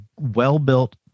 well-built